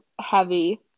heavy